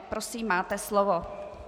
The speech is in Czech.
Prosím, máte slovo.